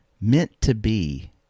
meant-to-be